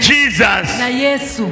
Jesus